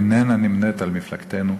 איננה נמנית עם מפלגתנו,